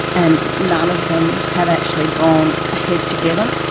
and none of them have actually gone ahead together.